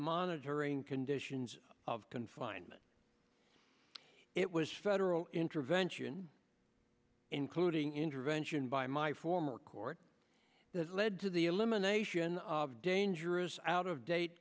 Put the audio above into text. monitoring conditions of confinement it was federal intervention including intervention by my former court that led to the elimination of dangerous out of date